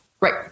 right